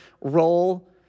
role